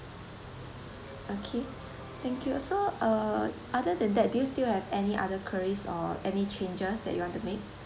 okay thank you so uh other than that do you still have any other queries or any changes that you want to make